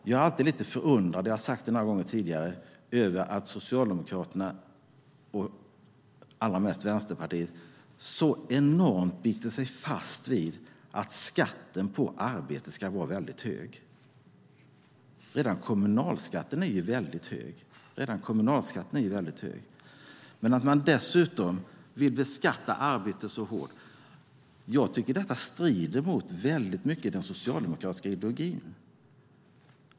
Jag är alltid lite förundrad, och jag har sagt det några gånger tidigare, över att Socialdemokraterna och allra mest Vänsterpartiet så enormt biter sig fast vid att skatten på arbete ska vara väldigt hög. Redan kommunalskatten är väldigt hög. Att man dessutom vill beskatta arbete så hårt tycker jag strider mot väldigt mycket av den socialdemokratiska ideologin.